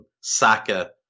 Saka